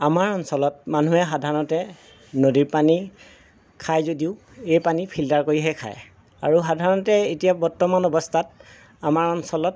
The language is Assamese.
আমাৰ অঞ্চলত মানুহে সাধাৰণতে নদীৰ পানী খায় যদিও এই পানী ফিল্টাৰ কৰিহে খায় আৰু সাধাৰণতে এতিয়া বৰ্তমান অৱস্থাত আমাৰ অঞ্চলত